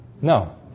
No